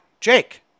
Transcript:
Jake